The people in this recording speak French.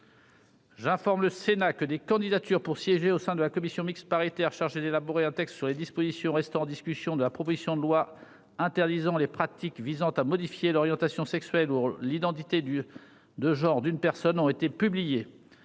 J'informe le Sénat que des candidatures pour siéger au sein de la commission mixte paritaire chargée d'élaborer un texte sur les dispositions restant en discussion de la proposition de loi interdisant les pratiques visant à modifier l'orientation sexuelle ou l'identité de genre d'une personne ont été publiées.